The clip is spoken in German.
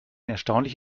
erstaunlich